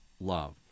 love